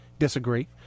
disagree